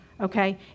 okay